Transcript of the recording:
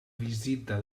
visita